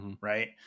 Right